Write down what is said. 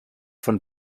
von